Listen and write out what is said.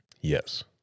Yes